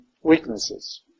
weaknesses